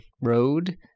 road